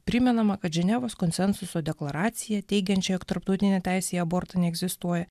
primenama kad ženevos konsensuso deklaraciją teigiančią jog tarptautinė teisė į abortą neegzistuoja